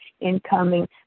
incoming